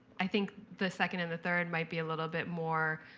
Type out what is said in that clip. i think the second and the third might be a little bit more,